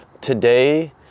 today